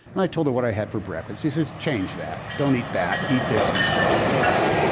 and i told her what i had for breakfast. she says change that don't eat that eat this instead. i said okay.